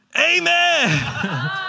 Amen